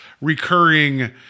recurring